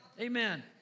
Amen